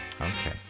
Okay